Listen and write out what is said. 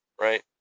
right